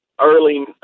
early